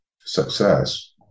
success